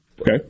Okay